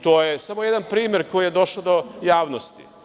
To je samo jedan primer koji je došao do javnosti.